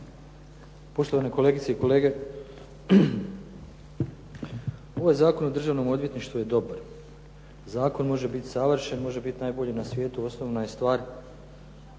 Poštovani kolegice i kolege. Ovaj Zakon o državnom odvjetništvu je dobar. Zakon može biti savršen, može biti na svijetu, osnovna je stvar